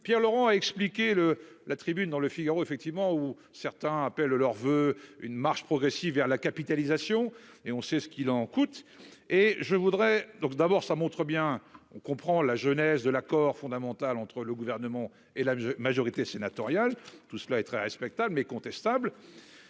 Pierre Laurent, a expliqué le la tribune dans Le Figaro effectivement où certains appellent de leurs voeux une marche progressive vers la capitalisation et on sait ce qu'il en coûte. Et je voudrais donc d'abord ça montre bien, on comprend la genèse de l'Accord fondamental entre le gouvernement et la majorité sénatoriale. Tout cela est très respectable mais contestable.